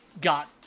got